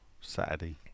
Saturday